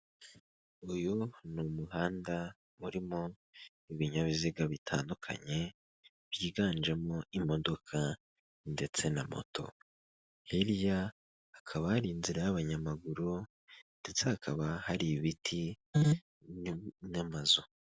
Uyu ni umuhanda urimo ibinyabiziga bitandukanye byiganjemo imodoka ndetse na moto hirya hakaba hari inzira y'abanyamaguru ndetse hakaba hari ibiti n'amazu.